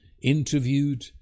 interviewed